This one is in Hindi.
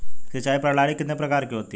सिंचाई प्रणाली कितने प्रकार की होती हैं?